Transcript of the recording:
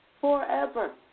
forever